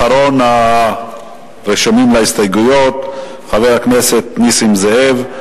אחרון הרשומים להסתייגויות, חבר הכנסת נסים זאב.